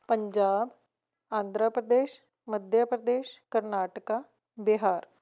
Punjab Andhra Pradesh Madhya Pradesh Karnataka Bihar